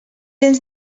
gens